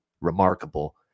remarkable